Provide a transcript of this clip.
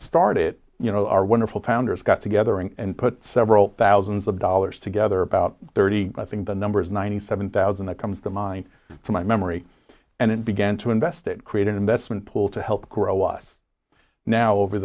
start it you know our wonderful founders got together and put several thousands of dollars together about thirty i think the numbers ninety seven thousand that comes to mind for my memory and it began to invest and create an investment pool to help grow us now over